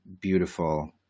beautiful